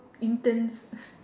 interns